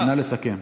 נא לסכם.